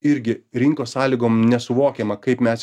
irgi rinkos sąlygom nesuvokiama kaip mes